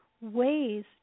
ways